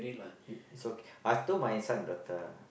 you is okay I told my son daughter